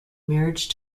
marriage